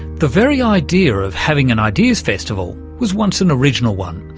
the very idea of having an ideas festival was once an original one.